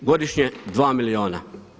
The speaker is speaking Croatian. Godišnje 2 milijuna.